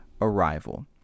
arrival